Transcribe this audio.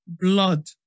Blood